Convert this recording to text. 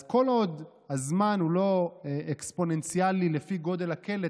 אז כל עוד הזמן הוא לא אקספוננציאלי לפי גודל הקלט,